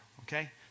okay